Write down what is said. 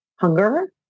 hunger